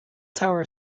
tower